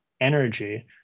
energy